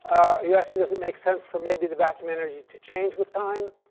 are you asking, does it make sense for maybe the vacuum energy to change with time?